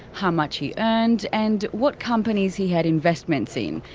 how much he earned, and what companies he had investments in,